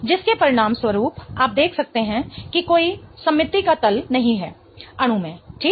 जिसके परिणामस्वरूप आप देख सकते हैं कि कोई सममिति का तल नहीं है अणु में ठीक